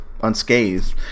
unscathed